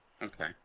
Okay